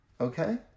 Okay